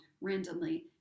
randomly